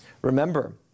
Remember